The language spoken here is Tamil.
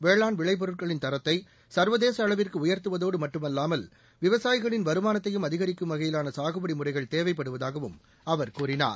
வேளாண் விளைபொருட்களின் தரத்தை சர்வதேச அளவிற்கு உயர்த்துவதோடு மட்டுமல்லாமல் விவசாயிகளின் வருமானத்தையும் அதிகரிக்கும் வகையிலான சாகுபடி முறைகள் தேவைப்படுவதாகவும் அவர் கூறினார்